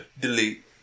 Delete